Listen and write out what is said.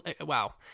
wow